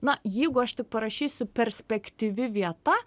na jeigu aš tik parašysiu perspektyvi vieta